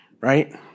Right